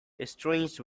estranged